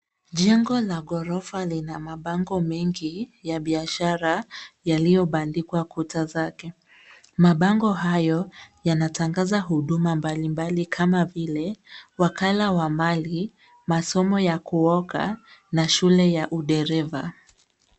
Jengo la ghorofa lina mabango mengi ya biashara yaliyobandikwa kuta zake. Mabango hayo yanatangaza huduma mbalimbali kama vile wakala wa mbali, masomo ya kuoka na shule ya udereva.